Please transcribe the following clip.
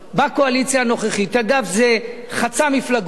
בקואליציה הנוכחית, אגב, זה חצה מפלגות,